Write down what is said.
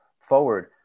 forward